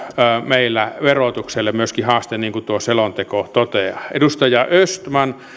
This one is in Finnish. meillä verotukselle myöskin haaste niin kuin tuo selonteko toteaa edustaja östman